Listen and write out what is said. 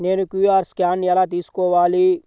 నేను QR scan ఎలా తీసుకోవాలి?